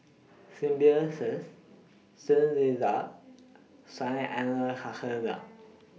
Symbiosis Soon Lee Lodge